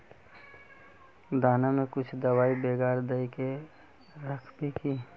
दाना में कुछ दबाई बेगरा दय के राखबे की?